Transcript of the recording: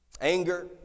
Anger